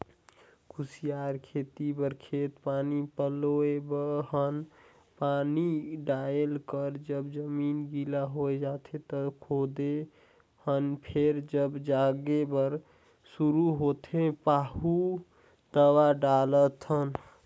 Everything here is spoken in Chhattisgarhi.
कुसियार खेती बर खेत पानी पलोए हन पानी डायल कर जब जमीन गिला होए जाथें त खोदे हन फेर जब जागे बर शुरू होथे पाहु दवा डालथन